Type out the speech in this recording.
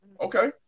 Okay